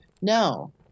No